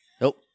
Nope